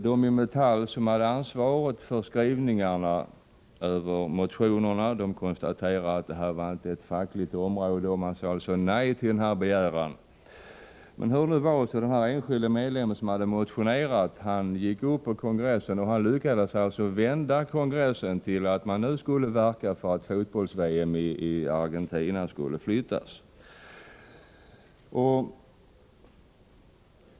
De inom Metall som hade ansvaret för yttrandena över motionerna konstaterade att det inte var en facklig fråga. Man sade alltså nej till motionärens begäran. Men hur det nu var gick den enskilde medlemmen upp på kongressen och lyckades vända kongressen till att verka för att fotbolls VM i Argentina skulle flyttas.